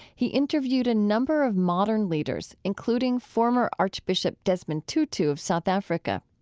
he interviewed a number of modern leaders, including former archbishop desmond tutu of south africa.